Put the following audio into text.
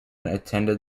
attended